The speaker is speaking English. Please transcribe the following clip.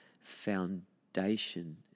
foundation